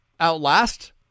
outlast